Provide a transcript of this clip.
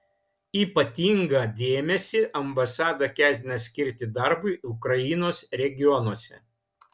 ypatingą dėmesį ambasada ketina skirti darbui ukrainos regionuose